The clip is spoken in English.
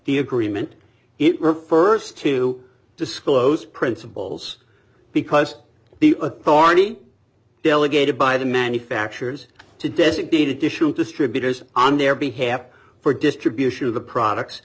the agreement it refers to disclose principles because the authority delegated by the manufacturers to designate additional distributors on their behalf for distribution of the products